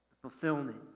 Fulfillment